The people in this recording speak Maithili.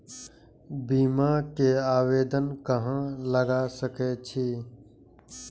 बीमा के आवेदन कहाँ लगा सके छी?